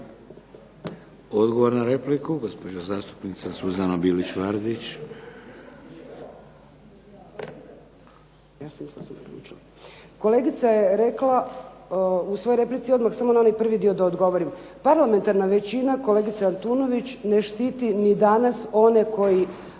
Odgovor na repliku gospođa zastupnica Suzana Bilić-Vardić. **Bilić Vardić, Suzana (HDZ)** Kolegica je rekla u svojoj replici, odmah samo na onaj prvi dio da odgovorim. Parlamentarna većina kolegice Antunović ne štiti ni danas one koji